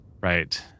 right